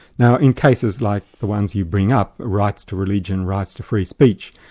now in cases like the ones you bring up, rights to religion, rights to free speech,